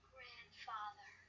Grandfather